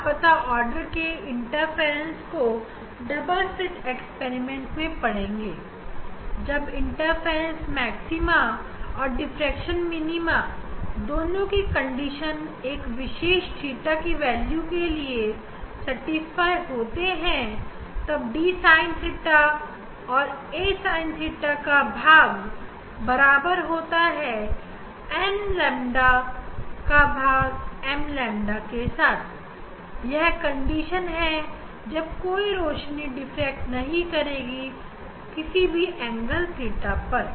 हम लापता आर्डर के इंटरफ्रेंस को डबल स्लिट एक्सपेरिमेंट से पढ़ सकते हैं जब इंटरफ्रेंस मैक्सिमा और डिफ्रेक्शन मिनीमा दोनों के कंडीशन एक विशेष थीटा के वैल्यू के लिए सेटिस्फाई होते हैं तब d sin theta भाग्य a sin theta बराबर n lambda भाग्य m lambda होगा यह कंडीशन है जब कोई रोशनी diffract नहीं होगी किसी भी एंगल theta पर